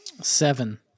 seven